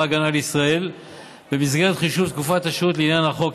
הגנה לישראל במסגרת חישוב תקופת השירות לעניין החוק,